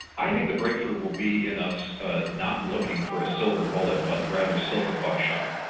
i think the breakthrough will be in us not looking for a silver bullet, but rather silver buckshot,